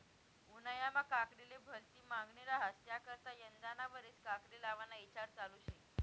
उन्हायामा काकडीले भलती मांगनी रहास त्याकरता यंदाना वरीस काकडी लावाना ईचार चालू शे